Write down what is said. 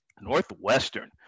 Northwestern